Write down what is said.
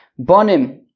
Bonim